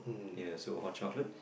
ya so hot chocolate